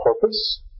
purpose